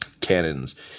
cannons